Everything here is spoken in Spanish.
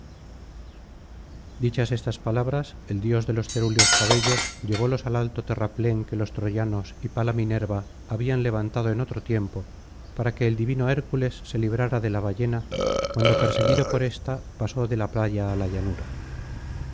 dichas estas palabras el dios de los cerúleos cabellos llevólos al alto terraplén que los troyanos y palas minerva habían levantado en otro tiempo para que el divino hércules se librara de la ballena cuando perseguido por ésta pasó de la playa ala llanura